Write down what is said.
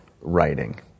writing